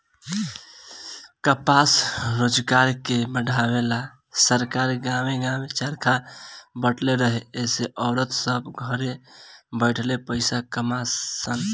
कपास रोजगार के बढ़ावे ला सरकार गांवे गांवे चरखा बटले रहे एसे औरत सभ घरे बैठले पईसा कमा सन